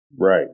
Right